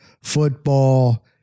Football